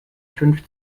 fünf